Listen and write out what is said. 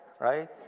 right